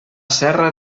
serra